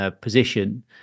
position